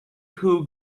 who